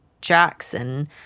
Jackson